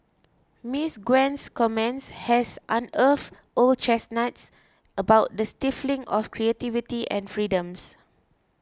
Miss Gwen's comments has unearthed old chestnuts about the stifling of creativity and freedoms